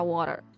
Water